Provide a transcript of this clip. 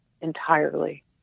entirely